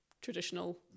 traditional